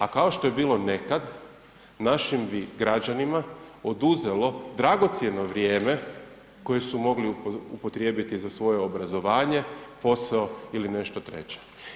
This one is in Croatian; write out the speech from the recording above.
A kao što je bilo nekad, našim bi građanima oduzelo dragocjeno vrijeme koje su mogli upotrijebiti za svoje obrazovanje, posao ili nešto treće.